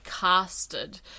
casted